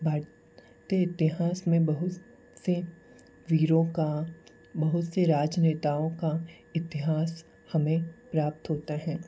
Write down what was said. भारतीय इतिहास में बहुत से वीरों का बहुत से राजनेताओं का इतिहास हमें प्राप्त होता है